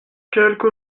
quelque